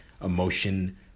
emotion